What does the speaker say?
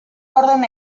orden